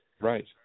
Right